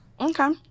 Okay